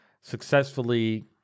successfully